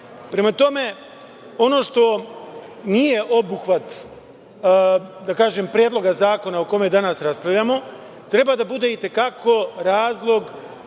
tome, ono što nije obuhvat Predloga zakona o kome danas raspravljamo treba da bude i te kako razlog